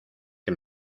que